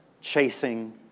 chasing